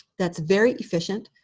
that's very efficient,